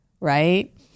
Right